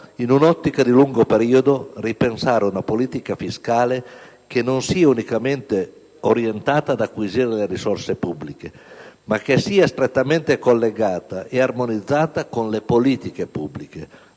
in un'ottica di lungo periodo, ripensare una politica fiscale che non sia unicamente orientata ad acquisire le risorse pubbliche, ma che sia strettamente collegata ed armonizzata con le politiche pubbliche,